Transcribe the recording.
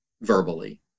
verbally